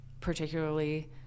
particularly